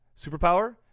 Superpower